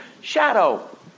Shadow